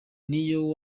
niyo